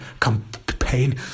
campaign